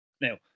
Now